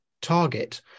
target